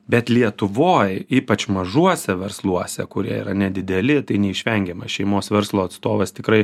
bet lietuvoj ypač mažuose versluose kurie yra nedideli tai neišvengiama šeimos verslo atstovas tikrai